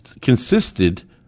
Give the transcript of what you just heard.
consisted